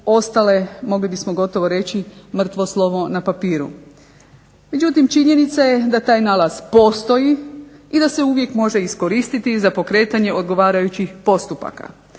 ostale, mogli bismo gotovo reći mrtvo slovo na papiru. Međutim činjenica je da taj nalaz postoji, i da se uvijek može iskoristiti za pokretanje odgovarajućih postupaka.